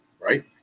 right